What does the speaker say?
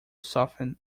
soften